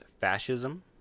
fascism